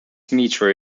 metre